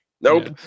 Nope